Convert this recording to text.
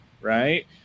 right